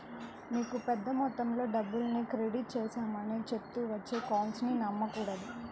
మీకు పెద్ద మొత్తంలో డబ్బుల్ని క్రెడిట్ చేశామని చెప్తూ వచ్చే కాల్స్ ని నమ్మకూడదు